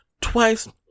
twice